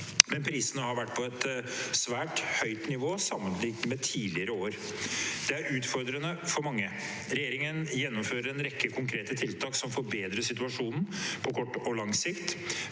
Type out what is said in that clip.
men prisene har vært på et svært høyt nivå sammenlignet med tidligere år. Det er utfordrende for mange. Regjeringen gjennomfører en rekke konkrete tiltak som forbedrer situasjonen på kort og lang sikt.